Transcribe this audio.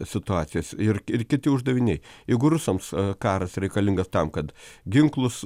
situacijos ir ir kiti uždaviniai jeigu rusams karas reikalingas tam kad ginklus